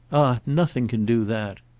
ah nothing can do that!